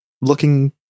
looking